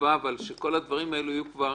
מבקש שכל הנושאים האלה לקראת הישיבה הבאה יהיו כבר